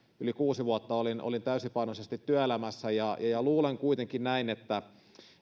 yli kuusi vuotta olin olin täysipainoisesti työelämässä luulen kuitenkin näin että